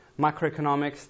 macroeconomics